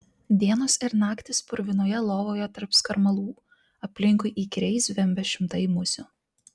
dienos ir naktys purvinoje lovoje tarp skarmalų aplinkui įkyriai zvimbia šimtai musių